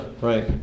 right